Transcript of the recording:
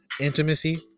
intimacy